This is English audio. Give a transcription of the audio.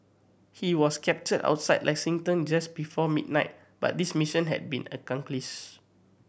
he was captured outside Lexington just before midnight but this mission had been accomplished